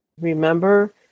Remember